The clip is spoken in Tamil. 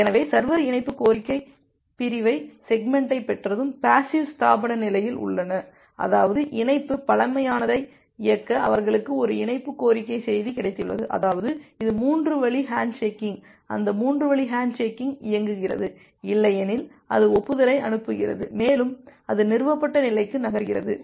எனவே சர்வர் இணைப்பு கோரிக்கை பிரிவைசெக்மெண்டைப் பெற்றதும் பேசிவ் ஸ்தாபன நிலையில் உள்ளது அதாவது இணைப்பு பழமையானதை இயக்க அவர்களுக்கு ஒரு இணைப்பு கோரிக்கை செய்தி கிடைத்துள்ளது அதாவது இது 3 வழி ஹேண்ட்ஷேக்கிங் அந்த 3 வழி ஹேண்ட்ஷேக்கிங் இயக்குகிறது இல்லையெனில் அது ஒப்புதலை அனுப்புகிறது மேலும் அது நிறுவப்பட்ட நிலைக்கு நகர்கிறது